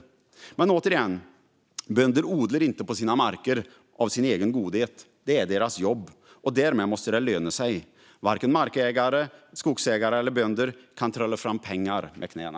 Jag säger det återigen: Bönder odlar inte på sina marker av egen godhet; det är deras jobb. Därmed måste det löna sig. Varken markägare, skogsägare eller bönder kan trolla fram pengar med knäna.